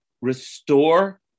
restore